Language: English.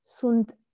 Sunt